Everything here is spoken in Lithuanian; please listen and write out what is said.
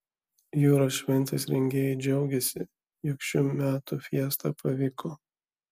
jūros šventės rengėjai džiaugiasi jog šių metų fiesta pavyko